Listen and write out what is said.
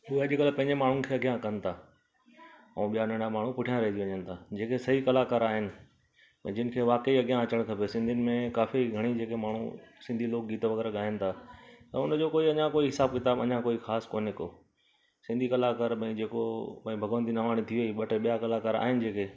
हू अॼुकल्ह पंहिंजे माण्हुनि खे अॻियां कनि था ऐं ॿिया नंढा माण्हू पुठियां रहिजी वञनि था जेके सही कलाकार आहिनि ऐं जिनि खे वाकई अॻियां अचणु खपे सिंधियुनि में काफ़ी घणी जेके माण्हू सिंधी लोक गीत वग़ैरह गायनि था ऐं हुनजो कोई अञा कोई हिसाबु किताबु अञा कोई ख़ासि कोने को सिंधी कलाकार भई जेको भई भगवनती नावाणी थी वेई ॿ टे ॿिया कलाकार आहिनि जेके